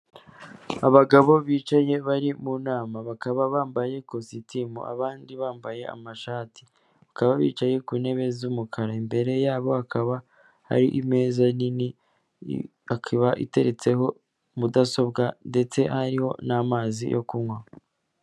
Abagabo bicaye bari mu nama, bakaba bambaye ikositimu, abandi bambaye amashati, bakaba bicaye ku ntebe z'umukara imbere yabo hakaba hari meza nini ikaba iteretseho mudasobwa ndetse ariho n'amazi yo kunywa.